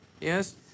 Yes